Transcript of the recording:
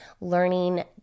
learning